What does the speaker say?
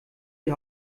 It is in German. die